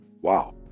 Wow